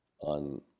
on